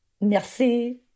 Merci